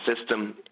system